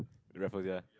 Raffle sia